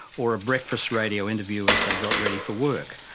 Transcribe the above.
or a breakfast radio interview as they got ready for work.